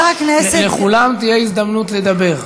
לכולם תהיה הזדמנות לדבר.